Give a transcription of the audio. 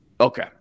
Okay